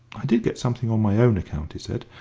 i did get something on my own account, he said,